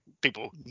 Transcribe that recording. people